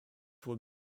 were